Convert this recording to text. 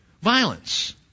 Violence